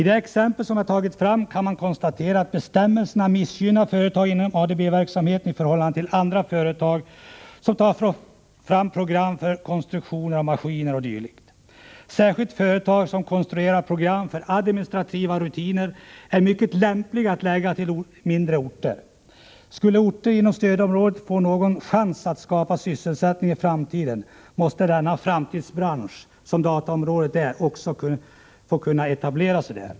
Det exempel som jag anfört visar att bestämmelserna missgynnar företag inom ADB-verksamheten i förhållande till andra företag som tar fram program för konstruktion av maskiner o. d. Särskilt företag som konstruerar program för administrativa rutiner är mycket lämpliga att förlägga till mindre orter. Skall orter inom stödområdet få någon chans att skapa sysselsättning i framtiden så måste denna framtidsbransch, som dataområdet utgör, också få etablera sig där.